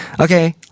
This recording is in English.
Okay